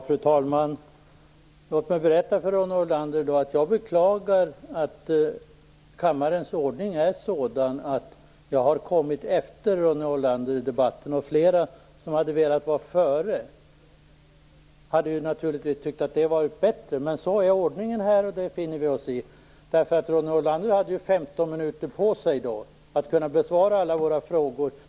Fru talman! Låt mig berätta för Ronny Olander att jag beklagar att kammarens ordning är sådan att jag kom efter Ronny Olander i debatten. Flera som hade velat vara före honom hade naturligtvis tyckt att det hade varit bättre. Men sådan är ordningen, och det finner vi oss i. Ronny Olander hade ju 15 minuter på sig att besvara alla våra frågor.